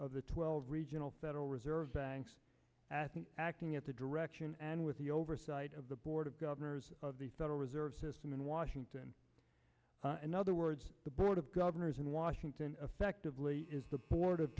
of the twelve regional federal reserve acting at the direction and with the oversight of the board of governors of the federal reserve system in washington and other words the board of governors in washington effectively is the board of